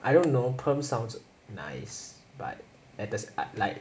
I don't know perm sounds nice but at the s~ like